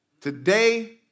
Today